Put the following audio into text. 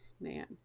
Man